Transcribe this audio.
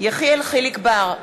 יחיאל חיליק בר,